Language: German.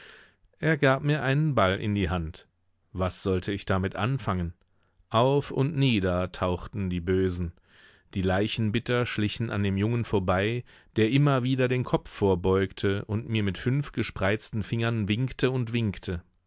er gab mir einen ball in die hand was sollte ich damit anfangen auf und nieder tauchten die bösen die leichenbitter schlichen an dem jungen vorbei der immer wieder den kopf vorbeugte und mir mit fünf gespreizten fingern winkte und winkte